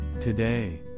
Today